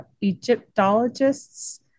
Egyptologists